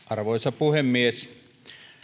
arvoisa puhemies